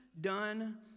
done